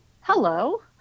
hello